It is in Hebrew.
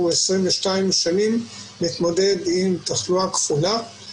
הוא 22 שנים מתמודד עם תחלואה כפולה.